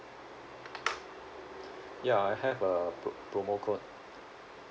ya I have a pr~ promo code